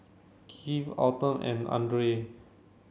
Kerwin Autumn and Dandre